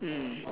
mm